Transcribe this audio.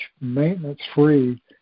maintenance-free